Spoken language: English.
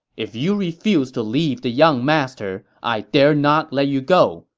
if you refuse to leave the young master, i dare not let you go,